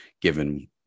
given